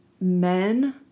men